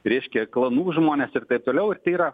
reiškia klanų žmonės ir taip toliau tai yra